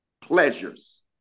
pleasures